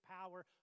power